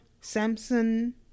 Samson